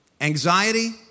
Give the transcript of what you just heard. Anxiety